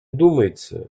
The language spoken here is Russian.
думается